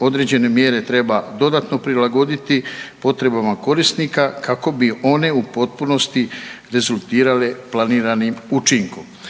određene mjere treba dodatno prilagoditi potrebama korisnika kako bi one u potpunosti rezultirale planiranim učinkom.